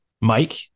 Mike